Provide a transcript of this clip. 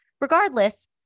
Regardless